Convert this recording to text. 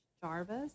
Jarvis